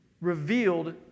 revealed